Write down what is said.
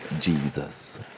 Jesus